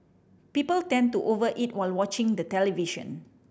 people tend to over eat while watching the television